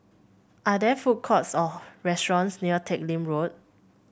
are there food courts or restaurants near Teck Lim Road